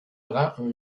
rend